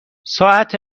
ساعت